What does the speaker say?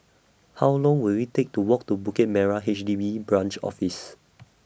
How Long Will IT Take to Walk to Bukit Merah H D B Branch Office